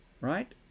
right